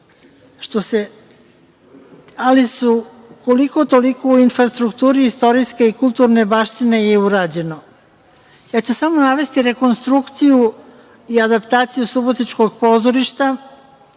minimalna, ali su koliko toliko u infrastrukturi istorijske i kulturne baštine je i urađeno. Ja ću samo navesti rekonstrukciju i adaptaciju subotičkog pozorišta,